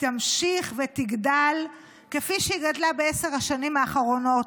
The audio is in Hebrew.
תמשיך ותגדל כפי שהיא גדלה בעשר השנים האחרונות,